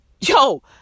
yo